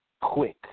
quick